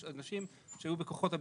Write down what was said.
יש אנשים שהיו בכוחות הביטחון,